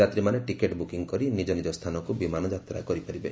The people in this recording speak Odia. ଯାତ୍ରୀମାନେ ଟିକେଟ୍ ବୁକିଂ କରି ନିକ ନିଜ ସ୍ଥାନକ୍ ବିମାନ ଯାତ୍ରା କରିପାରିବେ